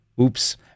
Oops